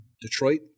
Detroit